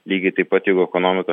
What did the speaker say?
lygiai taip pat jeigu ekonomika